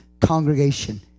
congregation